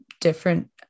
different